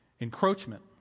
Encroachment